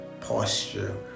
posture